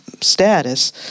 status